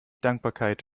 dankbarkeit